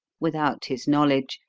without his knowledge,